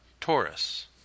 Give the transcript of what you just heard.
Taurus